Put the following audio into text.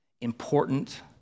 important